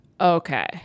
Okay